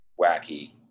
wacky